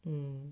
mm